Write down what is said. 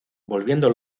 volviendo